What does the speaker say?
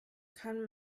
kann